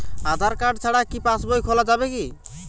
আধার card ছাড়া কি পাসবই খোলা যাবে কি?